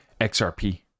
XRP